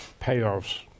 payoffs